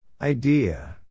Idea